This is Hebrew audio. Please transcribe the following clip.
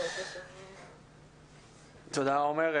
תודה עומר.